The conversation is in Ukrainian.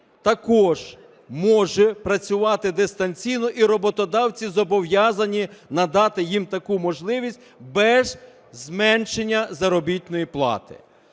також може працювати дистанційно, і роботодавці зобов'язані надати їм таку можливість без зменшення заробітної плати.